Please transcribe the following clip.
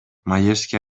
маевский